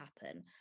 happen